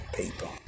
people